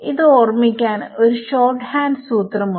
ഇത് ഓർമിക്കാൻ ഒരു ഷോർട് ഹാൻഡ് സൂത്രം ഉണ്ട്